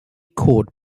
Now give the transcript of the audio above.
chord